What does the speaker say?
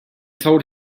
told